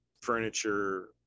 furniture